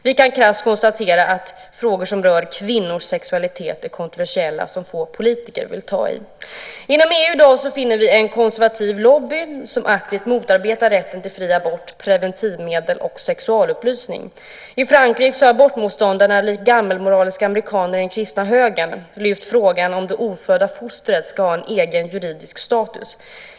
Vi kan krasst konstatera att frågor som rör kvinnors sexualitet är kontroversiella, och att få politiker vill ta i dem. Inom EU i dag finner vi en konservativ lobby som aktivt motarbetar rätten till fri abort, preventivmedel och sexualupplysning. I Frankrike har abortmotståndare, liksom gammalmoraliska amerikaner i den kristna högern, lyft upp frågan om det ofödda fostret ska ha en egen juridisk status.